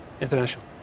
international